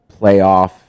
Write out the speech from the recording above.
playoff